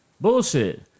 Bullshit